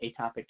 atopic